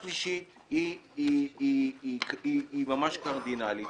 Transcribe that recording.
הדבר השלישי הוא ממש קרדינלי.